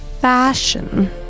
fashion